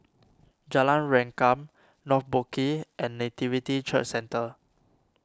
Jalan Rengkam North Boat Quay and Nativity Church Centre